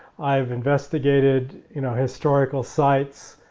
i've investigated you know historical sites,